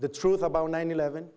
the truth about nine eleven